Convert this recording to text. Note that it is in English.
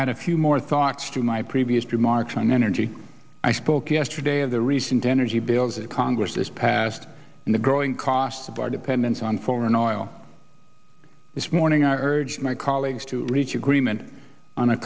add a few more thoughts to my previous remarks on energy i spoke yesterday of the recent energy bills that congress has passed and the growing cost of our dependence on foreign oil this morning i urge my colleagues to reach agreement on a